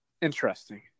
Interesting